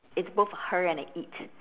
it's both her and a it